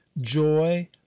joy